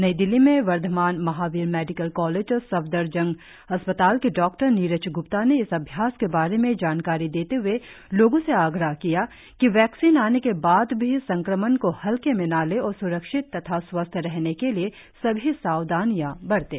नई दिल्ली में Vardhman Mahavir medical college और सफदरजंग अस्पताल के डॉक्टर नीरज ग्प्ता ने इस अभ्यास के बारे में जानकारी देते हए लोगों से आग्रह किया कि वैक्सीन आने के बाद भी संक्रमण को हल्के में न लें और स्रक्षित तथा स्वस्थ रहने के लिए सभी सावधानियां बरतें